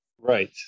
Right